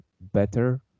better